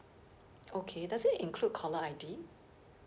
okay does it include caller I_D